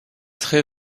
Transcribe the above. très